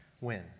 win